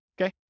Okay